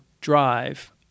drive